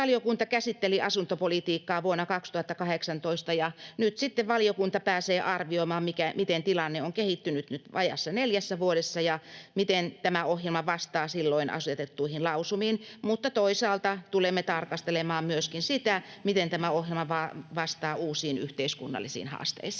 Tarkastusvaliokunta käsitteli asuntopolitiikkaa vuonna 2018, ja nyt sitten valiokunta pääsee arvioimaan, miten tilanne on kehittynyt vajaassa neljässä vuodessa ja miten tämä ohjelma vastaa silloin asetettuihin lausumiin. Mutta toisaalta tulemme tarkastelemaan myöskin sitä, miten tämä ohjelma vastaa uusiin yhteiskunnallisiin haasteisiin.